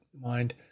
mind